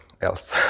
else